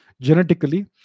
genetically